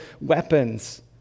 weapons